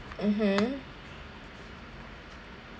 mmhmm